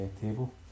table